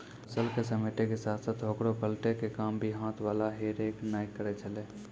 फसल क समेटै के साथॅ साथॅ होकरा पलटै के काम भी हाथ वाला हे रेक न करै छेलै